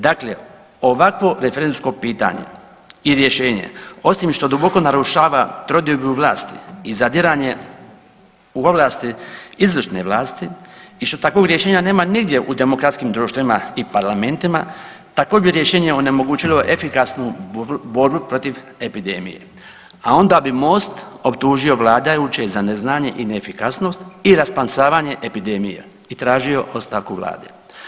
Dakle, ovakvo referendumsko pitanje i rješenje osim što duboko narušava trodiobu vlasti i zadiranje u ovlasti izvršne vlasti i što takvog rješenja nema nigdje u demokratskim društvima i parlamentima takvo bi rješenje onemogućilo efikasnu borbu protiv epidemije, a onda bi MOST optužio vladajuće za neznanje i neefikasnost i rasplamsavanje epidemija i tražio ostavku Vlade.